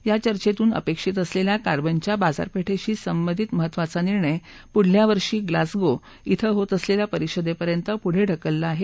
या चर्चेतून अपेक्षित असलेला कार्बनच्या बाजारपेठेशी संबधित महत्वाचा निर्णयदेखील पुढच्या वर्षी ग्लासगो इथं होत असलेल्या परिषदेपर्यंत पुढे ढकलला आहे